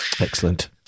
Excellent